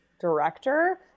director